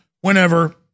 whenever